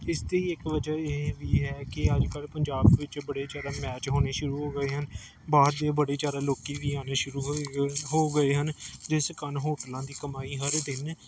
ਇਸ ਦੀ ਇੱਕ ਵਜ੍ਹਾ ਇਹ ਵੀ ਹੈ ਕਿ ਇਹ ਵੀ ਹੈ ਕਿ ਅੱਜ ਕੱਲ੍ਹ ਪੰਜਾਬ ਵਿਚ ਮੈਚ ਹੋਣੇ ਸ਼ੁਰੂ ਹੋ ਗਏ ਹਨ ਬਾਹਰ ਦੇ ਬੜੇ ਚਰਨ ਲੋਕ ਵੀ ਆਉਣੇ ਸ਼ੁਰੂ ਹੋ ਗਏ ਹੋ ਗਏ ਹਨ ਜਿਸ ਕਾਰਨ ਹੋਟਲਾਂ ਦੀ ਕਮਾਈ ਹਰ ਦਿਨ